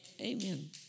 amen